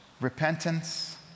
Repentance